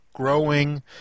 growing